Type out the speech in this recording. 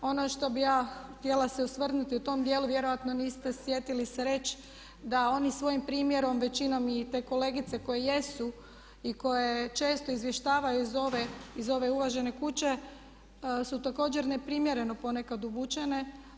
Ono što bih ja htjela se osvrnuti u tom dijelu vjerojatno niste sjetili se reći, da oni svojim primjerom većinom i te kolegice koje jesu i koje često izvještavaju iz ove uvažene kuće su također neprimjereno ponekad obučene.